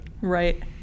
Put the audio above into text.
Right